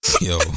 Yo